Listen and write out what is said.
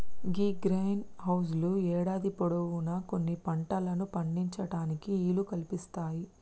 గీ green house లు యేడాది పొడవునా కొన్ని పంటలను పండించటానికి ఈలు కల్పిస్తాయి